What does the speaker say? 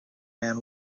man